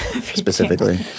specifically